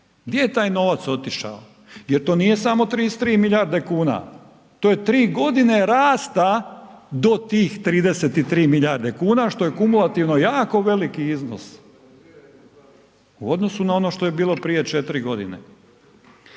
gdje je taj novac otišao? Jer to nije samo 33 milijarde kuna, to je tri godine rasta do tih 33 milijarde kuna što je kumulativno jako veliki iznos u odnosu na ono što je bilo prije četiri godine.